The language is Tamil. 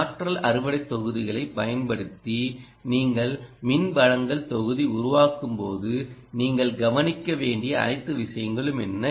ஆற்றல் அறுவடைத் தொகுதிகளைப் பயன்படுத்தி நீங்கள் மின் வழங்கல் தொகுதி உருவாக்கும்போது நீங்கள் கவனிக்க வேண்டிய அனைத்து விஷயங்களும் என்ன